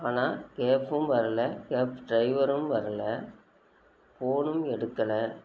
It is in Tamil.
ஆனால் கேபும் வரலை கேப் ட்ரைவரும் வரலை ஃபோனும் எடுக்கலை